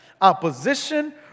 opposition